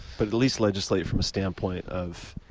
but at least legislate from a standpoint of